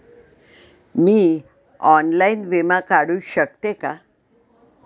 मी online विमा काढू शकते का?